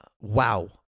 Wow